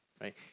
right